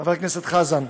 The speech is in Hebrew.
חבר הכנסת חזן,